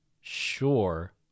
sure